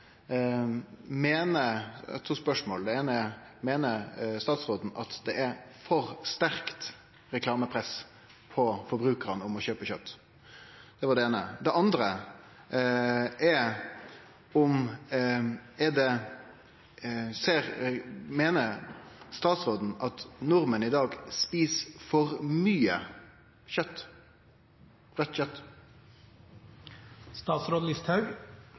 to spørsmål. Det eine er: Meiner statsråden at det er for sterkt reklamepress på forbrukarane om å kjøpe kjøt? Det andre: Meiner statsråden at nordmenn i dag et for mykje raudt kjøt? Jeg tenker at